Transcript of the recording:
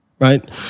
Right